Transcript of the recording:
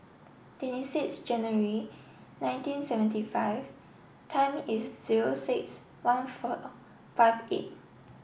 twenty six January nineteen seventy five time is zero six one four five eight